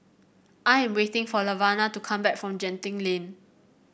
I am waiting for Laverna to come back from Genting Lane